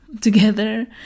together